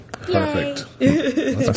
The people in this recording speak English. Perfect